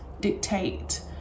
dictate